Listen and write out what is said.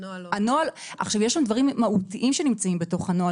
יש דברים מהותיים שנמצאים בתוך הנוהל,